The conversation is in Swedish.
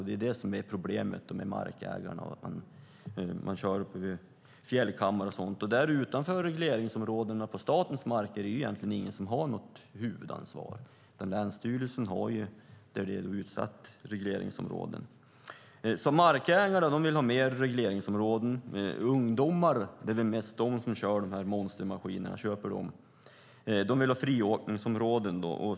Det är det som är problemet för markägarna, att man kör på fjällkammar och sådant. Utanför regleringsområdena, på statens mark är det egentligen ingen som har något huvudansvar. Utsatta regleringsområden är det länsstyrelsen som har ansvar för. Markägarna vill ha fler regleringsområden. Ungdomarna - det är väl mest de som köper och kör de här monstermaskinerna - vill ha friåkningsområden.